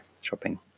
shopping